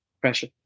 pressure